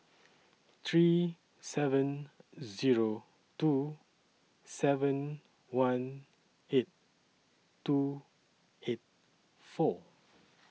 three seven Zero two seven one eight two eight four